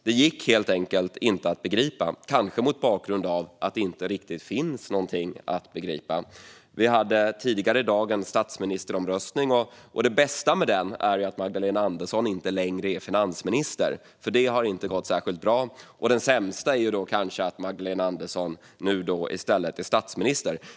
Det gick helt enkelt inte att begripa, kanske mot bakgrund av att det inte riktigt finns någonting att begripa. Vi hade tidigare i dag en statsministeromröstning. Det bästa med den är att Magdalena Andersson inte längre är finansminister, för det har inte gått särskilt bra. Det sämsta är kanske att Magdalena Andersson nu i stället är statsminister.